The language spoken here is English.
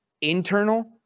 internal